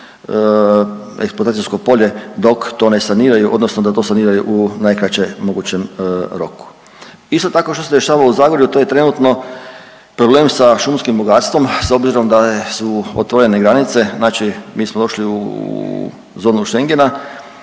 eksploatacijsko polje dok to ne saniraju odnosno da to saniraju u najkraće mogućem roku. Isto tako što se dešava u Zagorju to je trenutno problem sa šumskim bogatstvom, s obzirom da su otvorene granice, znači mi smo došli u zonu Schengena